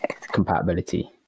compatibility